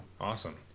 awesome